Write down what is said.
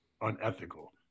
unethical